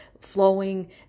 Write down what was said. Flowing